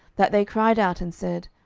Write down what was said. that they cried out, and said,